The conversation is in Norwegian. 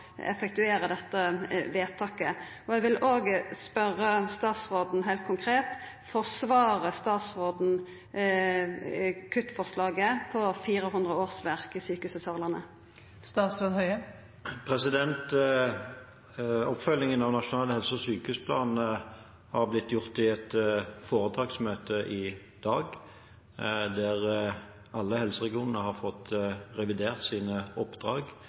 dette vedtaket. Eg vil spørja statsråden heilt konkret: Forsvarer statsråden kuttforslaget på 400 årsverk ved Sørlandet sjukehus? Oppfølgingen av Nasjonal helse- og sykehusplan har blitt gjort i et foretaksmøte i dag, der alle helseregionene har fått revidert sine oppdrag